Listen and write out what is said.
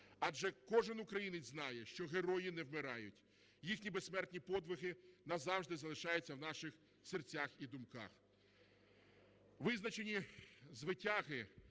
Адже кожен українець знає, що герої не вмирають, їхні безсмертні подвиги назавжди залишаються в наших серцях і думках.